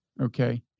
Okay